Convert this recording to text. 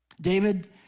David